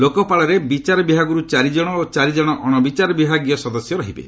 ଲୋକପାଳରେ ବିଚାର ବିଭାଗରୁ ଚାରିଜଣ ଓ ଚାରିଜଣ ଅଶବିଚାର ବିଭାଗୀୟ ସଦସ୍ୟ ରହିବେ